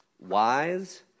wise